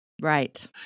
right